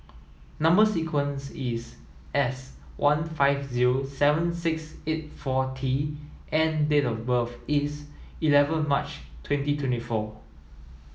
number sequence is S one five zero seven six eight four T and date of birth is eleven March twenty twenty four